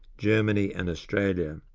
germany, and australia.